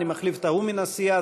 אני מחליף את ההוא מן הסיעה.